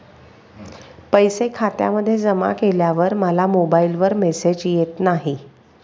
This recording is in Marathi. पैसे खात्यामध्ये जमा केल्यावर मला मोबाइलवर मेसेज येत नाही?